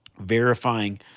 verifying